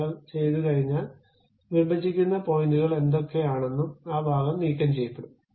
നിങ്ങൾ ചെയ്തുകഴിഞ്ഞാൽ വിഭജിക്കുന്ന പോയിൻറുകൾ എന്തൊക്കെയാണെങ്കിലും ആ ഭാഗം നീക്കംചെയ്യപ്പെടും